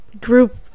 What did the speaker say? group